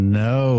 no